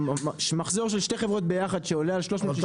מחזור של שתי חברות ביחד שעולה על 360